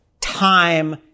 time